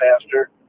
faster